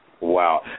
Wow